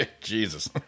Jesus